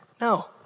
no